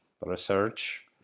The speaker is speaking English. research